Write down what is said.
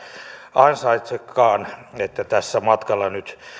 ansaitsekaan että tässä matkalla nyt